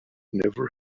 never